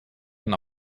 ein